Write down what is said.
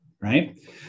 right